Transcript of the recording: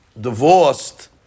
divorced